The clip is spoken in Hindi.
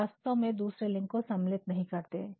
तो आप वास्तव में दूसरे लिंग को सम्मिलित नहीं करते हैं